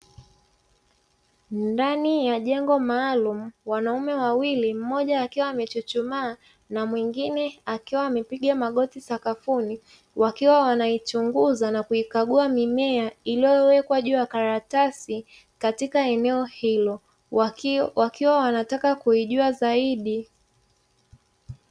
Ndani ya jengo maalumu, wanaume wawili, mmoja akiwa amechuchumaa na mwingine akiwa amepiga magoti sakafuni, wakiwa wanaichunguza na kuikagua mimea iliyowekwa juu ya karatasi katika eneo hilo, wakiwa wanataka kuijua zaidi.